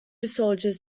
soldiers